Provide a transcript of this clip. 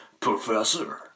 Professor